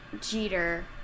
Jeter